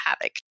havoc